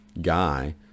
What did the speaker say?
guy